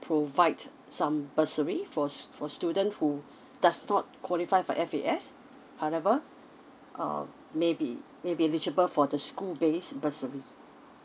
provide some bursary for for student who does not qualified for F_A_S however um maybe may be eligible for the school based bursary